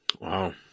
wow